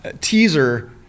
teaser